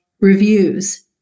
reviews